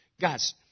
Guys